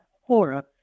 horror